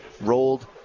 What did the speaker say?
rolled